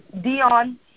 Dion